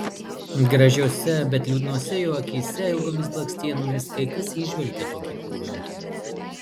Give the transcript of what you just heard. gražiose bet liūdnose jo akyse ilgomis blakstienomis kai kas įžvelgia tokį polinkį